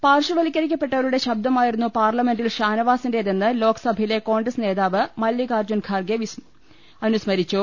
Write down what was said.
പാർശ്വവൽക്കരിക്കപ്പെട്ടവരുടെ ശബ്ദമായിരുന്നു പാർല മെന്റിൽ ഷാനവാസിന്റേതെന്ന് ലോക്സഭയിലെ കോൺഗ്രസ് നേതാവ് മല്ലികാർജ്ജുൻ ഖാർഗെ അനുസ്മരിച്ചു